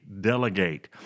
delegate